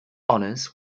honours